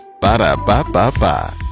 Ba-da-ba-ba-ba